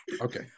Okay